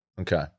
Okay